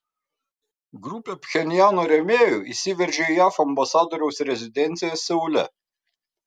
grupė pchenjano rėmėjų įsiveržė į jav ambasadoriaus rezidenciją seule